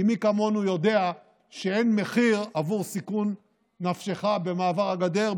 כי מי כמונו יודע שאין מחיר עבור סיכון נפשך במעבר הגדר,